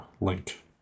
Link